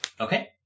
Okay